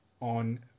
on